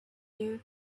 you